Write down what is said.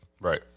right